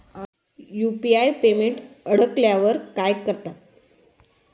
UPI payment अडकल्यावर काय करतात?